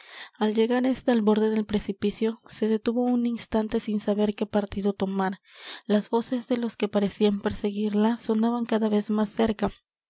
al llegar ésta al borde del precipicio se detuvo un instante sin saber qué partido tomar las voces de los que parecían perseguirla sonaban cada vez más cerca